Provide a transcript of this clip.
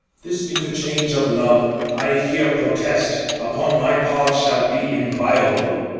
this interchange of love, i here protest, upon my part shall be inviolable.